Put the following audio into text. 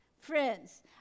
friends